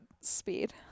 speed